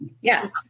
Yes